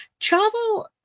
Chavo